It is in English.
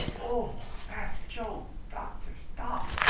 oh! mass joe, doctor, stop.